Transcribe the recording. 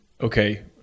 okay